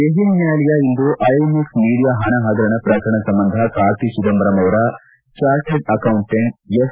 ದೆಹಲಿ ನ್ಯಾಯಾಲಯ ಇಂದು INX media ಹಣ ಹಗರಣ ಪ್ರಕರಣ ಸಂಬಂಧ ಕಾರ್ತಿ ಚಿದಂಬರಂ ಅವರ ಚಾರ್ಟೆಡ್ ಅಕೌಂಟೆಂಟ್ ಎಸ್